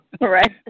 Right